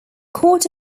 coat